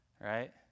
right